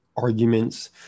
arguments